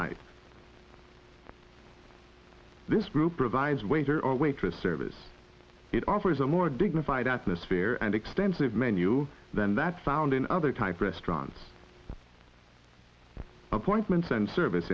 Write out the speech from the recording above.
type this group provides waiter or waitress service it offers a more dignified atmosphere and extensive menu than that found in other type restaurants appointments and service